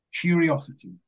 curiosity